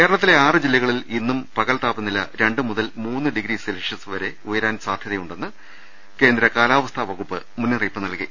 കേരളത്തിലെ ആറ് ജില്ലകളിൽ ഇന്നും പകൽ താപനില രണ്ട് മുതൽ മൂന്ന് ഡിഗ്രി സെൽഷ്യസ് വരെ ഉയരാൻ ഇടയുണ്ടെന്ന് കേന്ദ്ര കാലാവസ്ഥാ വകുപ്പ് മുന്നറിയിപ്പ് നൽകി